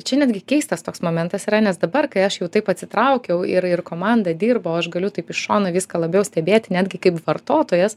čia netgi keistas toks momentas yra nes dabar kai aš jau taip atsitraukiau ir ir komands dirba o aš galiu taip iš šono viską labiau stebėti netgi kaip vartotojas